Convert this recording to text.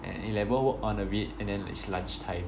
and eleven work on a bit and then it's lunchtime